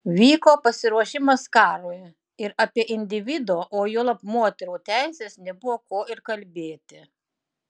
vyko pasiruošimas karui ir apie individo o juolab moterų teises nebuvo ko ir kalbėti